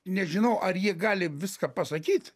nežinau ar jie gali viską pasakyt